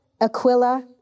Aquila